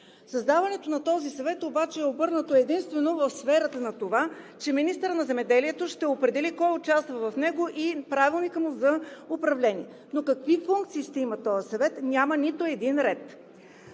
Създаването на този съвет обаче е обърнато единствено в сферата на това, че министърът на земеделието ще определи кой участва в него и правилникът му за управление, но какви функции ще има този съвет – няма нито един ред.